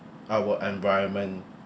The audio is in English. our environment